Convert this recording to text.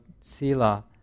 sila